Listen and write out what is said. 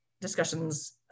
discussions